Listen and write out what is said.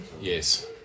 Yes